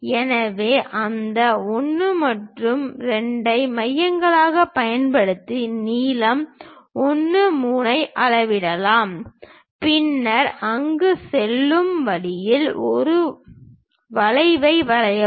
எனவே அந்த 1 மற்றும் 2 ஐ மையங்களாகப் பயன்படுத்தி நீளம் 1 3 ஐ அளவிடலாம் பின்னர் அங்கு செல்லும் வழியில் ஒரு வளைவை வரையவும்